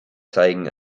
zeigen